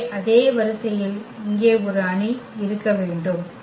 எனவே அதே வரிசையில் இங்கே ஒரு அணி இருக்க வேண்டும்